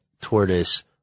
tortoise